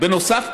בנוסף,